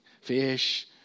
fish